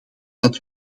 dat